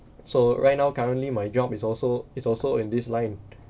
so right now currently my job is also it's also in this line